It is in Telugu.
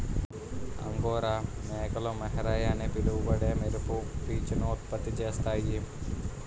అంగోరా మేకలు మోహైర్ అని పిలువబడే మెరుపు పీచును ఉత్పత్తి చేస్తాయి